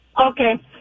Okay